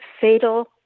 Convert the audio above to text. fatal